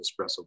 espresso